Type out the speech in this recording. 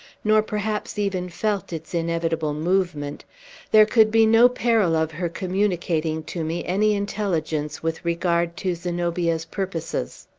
nor perhaps even felt its inevitable movement there could be no peril of her communicating to me any intelligence with regard to zenobia's purposes.